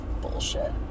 bullshit